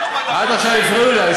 עד עכשיו הפריעו לי.